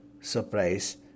surprise